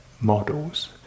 models